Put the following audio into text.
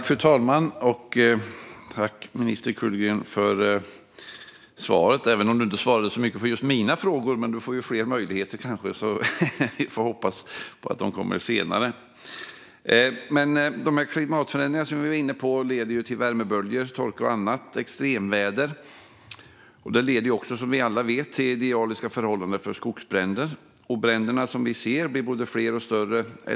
Fru talman! Tack för svaret, minister Kullgren, även om du inte svarade så mycket på just mina frågor! Men du får kanske fler möjligheter, så vi får hoppas att svaren kommer senare. Som vi var inne på leder klimatförändringarna till värmeböljor, torka och annat, det vill säga extremväder. Det leder som vi alla vet till idealiska förhållanden för skogsbränder, och som vi ser blir bränderna både fler och större.